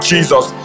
Jesus